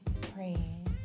Praying